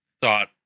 thought